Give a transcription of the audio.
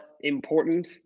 important